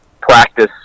practice